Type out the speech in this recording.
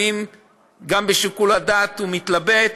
אם גם בשיקול הדעת הוא מתלבט,